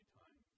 time